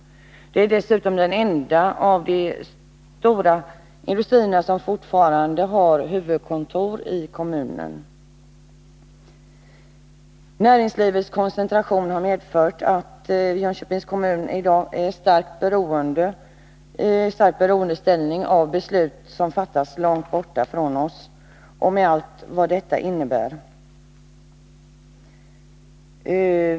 Det är dessutom den enda av de stora industrierna som fortfarande har huvudkontor i kommunen. Näringslivets koncentration har medfört att Jönköpings kommun i dag är , starkt beroende av beslut som fattas långt bort från oss, med allt vad det innebär.